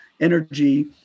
energy